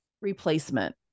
replacement